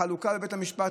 החלוקה בבית המשפט,